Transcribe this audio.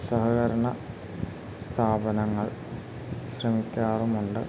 സഹകരണ സ്ഥാപനങ്ങൾ ശ്രമിക്കാറുമുണ്ട്